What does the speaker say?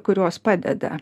kurios padeda